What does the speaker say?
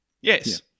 Yes